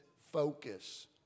focus